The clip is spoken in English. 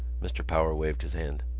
mr. power waved his hand.